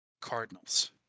Cardinals